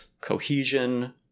cohesion